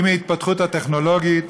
עם ההתפתחות הטכנולוגית,